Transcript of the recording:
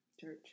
Church